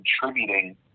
contributing